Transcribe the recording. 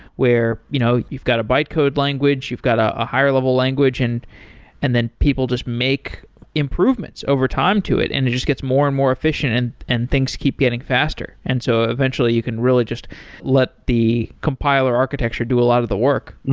where you know you've got a bytecode language, you've got a a higher language and and then people just make improvements overtime to it and it just gets more and more efficient and and things keep getting faster. so eventually you can really just let the compiler architecture do a lot of the work.